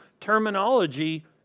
terminology